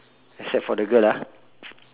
except for the girl ah